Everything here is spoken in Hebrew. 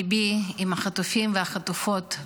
ליבי עם החטופים והחטופות.